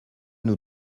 nous